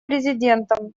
президентом